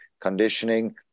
conditioning